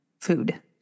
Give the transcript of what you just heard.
food